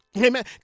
Amen